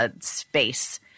Space